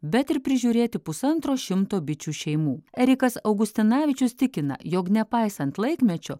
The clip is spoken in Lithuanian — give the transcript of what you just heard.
bet ir prižiūrėti pusantro šimto bičių šeimų erikas augustinavičius tikina jog nepaisant laikmečio